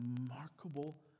remarkable